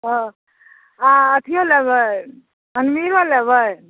हँ आ अथियो लेबै अलमीरो लेबै